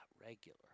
Regular